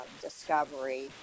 Discovery